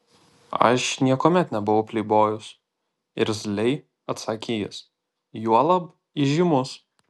aš niekuomet nebuvau pleibojus irzliai atsakė jis juolab įžymus